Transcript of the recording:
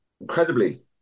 incredibly